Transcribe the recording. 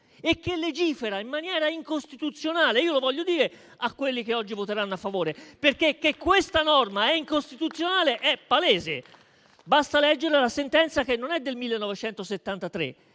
e che legifera in maniera incostituzionale. Lo voglio dire a quelli che oggi voteranno a favore: è palese che questa norma è incostituzionale. Basta leggere la sentenza, che non è del 1973: